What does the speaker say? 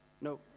no